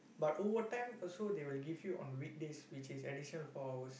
but overtime also they will give you on weekdays which is additional four hours